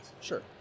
Sure